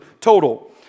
total